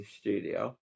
Studio